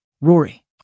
Rory